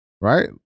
right